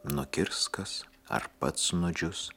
nukirs kas ar pats nudžius